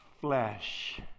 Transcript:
flesh